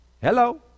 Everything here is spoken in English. Hello